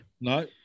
No